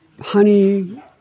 honey